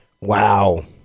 Wow